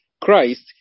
Christ